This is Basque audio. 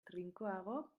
trinkoago